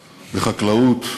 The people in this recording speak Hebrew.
בחקלאות,